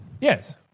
Yes